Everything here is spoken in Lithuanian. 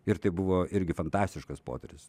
ir tai buvo irgi fantastiškas potyris